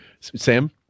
Sam